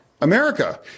America